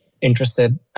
interested